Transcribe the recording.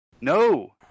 no